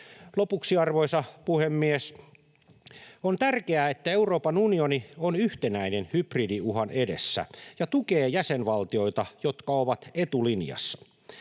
Lopuksi, arvoisa puhemies! On tärkeää, että Euroopan unioni on yhtenäinen hybridi-uhan edessä ja tukee jäsenvaltioita, jotka ovat etulinjassa.